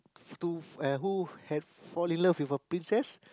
to uh who had fall in love with a princess